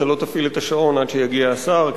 אתה לא תפעיל את השעון עד שיגיע השר,